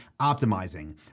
optimizing